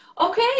okay